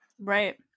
Right